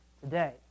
today